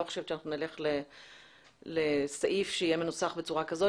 לא חושבת שנלך על סעיף שיהיה מנוסח בצורה כזו